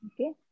Okay